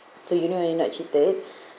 so you know you're not cheated